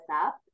up